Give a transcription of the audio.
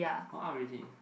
all up already